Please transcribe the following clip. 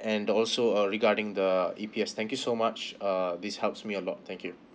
and also uh regarding theE_P_S thank you so much err this helps me a lot thank you